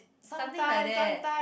something like that